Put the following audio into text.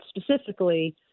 specifically